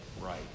right